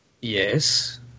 Yes